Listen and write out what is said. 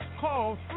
Call